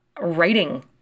writing